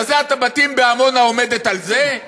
הזזת הבתים בעמונה עומדת על זה?